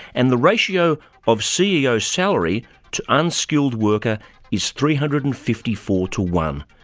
and the ratio of ceo salary to unskilled worker is three hundred and fifty four to one.